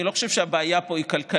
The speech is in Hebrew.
אני לא חושב שהבעיה פה היא כלכלית.